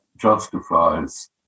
justifies